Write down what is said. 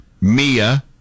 Mia